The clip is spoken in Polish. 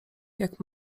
jak